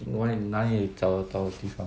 我也哪里找得到地方 FIFA